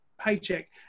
paycheck